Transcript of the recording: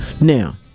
Now